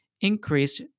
increased